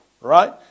Right